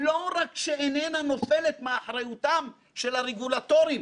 לא רק שאיננה נופלת מאחריותם של הרגולטורים